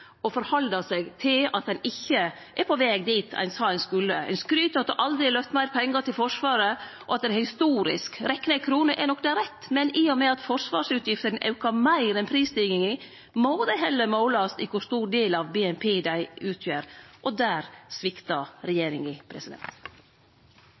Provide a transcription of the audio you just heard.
seg til at ein ikkje er på veg dit ein sa ein skulle. Ein skryter av at det aldri har vore løyvt meir pengar til Forsvaret, og at det er historisk. Rekna i kroner er nok det rett, men i og med at forsvarsutgiftene aukar meir enn prisstiginga, må dei heller målast i kor stor del av BNP dei utgjer. Og